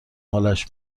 حالش